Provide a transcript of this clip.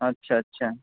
আচ্ছা আচ্ছা